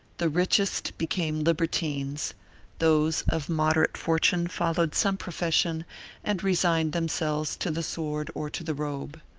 the richest became libertines those of moderate fortune followed some profession and resigned themselves to the sword or to the robe.